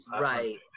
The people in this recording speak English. Right